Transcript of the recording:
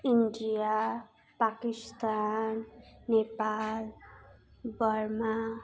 India Pakistan Nepal Burma